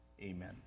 Amen